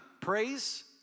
praise